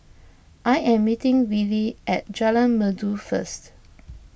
I am meeting Wiley at Jalan Merdu first